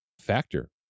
factor